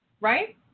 Right